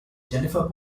jennifer